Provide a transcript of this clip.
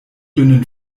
dünnen